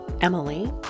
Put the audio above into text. Emily